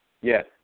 Yes